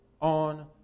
on